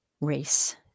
race